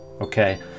okay